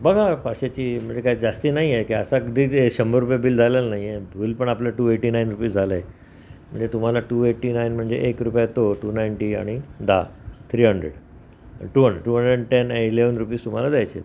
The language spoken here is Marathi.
बघा पाचशेची म्हणजे काय जास्ती नाही आहे की असा कधी शंभर रुपये बिल झालेलं नाही आहे बिल पण आपलं टू एटी नाईन रुपीज झालं आहे म्हणजे तुम्हाला टू एटी नाईन म्हणजे एक रुपया तो टू नाईंटी आणि दहा three hundred two hundred two hundred ten eleven rupees तुम्हाला द्यायचे आहेत